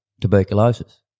tuberculosis